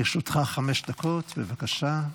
לרשותך חמש דקות, בבקשה.